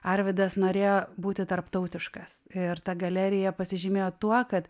arvydas norėjo būti tarptautiškas ir ta galerija pasižymėjo tuo kad